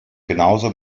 genauso